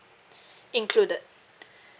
included